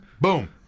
boom